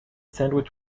sandwich